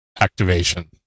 activation